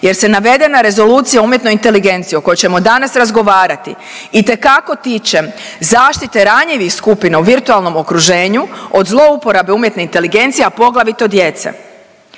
jer se navedena Rezolucija o umjetnoj inteligenciji o kojoj ćemo danas razgovarati itekako tiče zaštite ranjivih skupina u virtualnom okruženju od zlouporabe umjetne inteligencije, a poglavito djece.